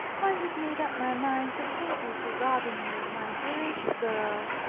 i had made up my mind to hate you for robbing me of my dearest girl,